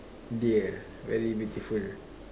dear very beautiful